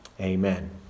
Amen